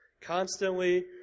Constantly